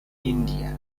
india